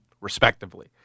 respectively